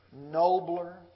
nobler